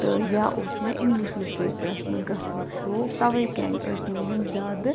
تہٕ یا اوٗس مےٚ اِنٛگلِش لِٹریچَرَس منٛز گَژھنُک شوق تَوَے کَنۍ ٲسۍ مےٚ یِم زیادٕ